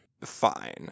fine